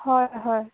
হয় হয়